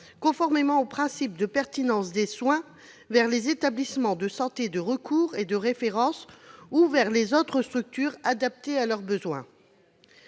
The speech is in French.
conformément au principe de pertinence des soins, vers les établissements de santé de recours et de référence ou vers les autres structures adaptées à leurs besoins